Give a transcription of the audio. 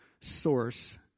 source